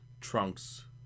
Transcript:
Trunks